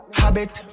habit